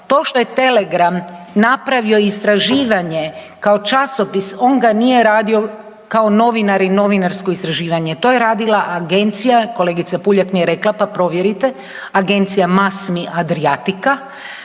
to što je Telegram napravio istraživanje kao časopis on ga nije radio kao novinar i novinarsko istraživanje. To je radila agencija, kolegica Puljak mi rekla pa provjerite, agencija Masmi Adriatica,